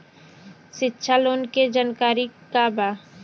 शिक्षा लोन के जानकारी का बा?